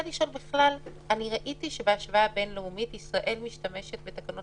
ראיתי שבהשוואה בין-לאומית ישראל משתמשת בתקנות